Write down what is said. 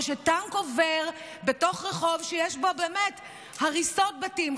או שטנק עובר בתוך רחוב שיש בו באמת הריסות בתים,